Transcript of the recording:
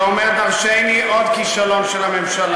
זה אומר דורשני, עוד כישלון של הממשלה.